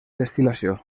destil·lació